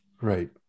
right